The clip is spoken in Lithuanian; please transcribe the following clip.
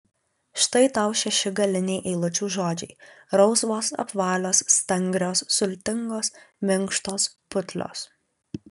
štai tau šeši galiniai eilučių žodžiai rausvos apvalios stangrios sultingos minkštos putlios